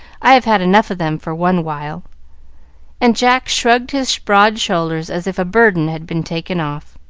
i've had enough of them for one while and jack shrugged his broad shoulders as if a burden had been taken off.